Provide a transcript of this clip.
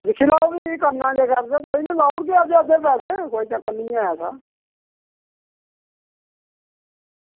दिक्खी लैओ भी करना जेकर ते कोई निं लाई ओड़गे अद्धे अद्धे पैसे कोई चक्कर निं ऐ ऐसा